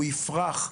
הוא יפרח.